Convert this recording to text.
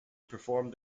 performed